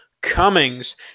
Cummings